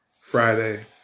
Friday